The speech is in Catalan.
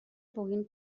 puguin